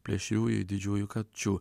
plėšriųjų didžiųjų kačių